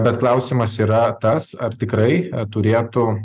bet klausimas yra tas ar tikrai turėtų